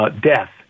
death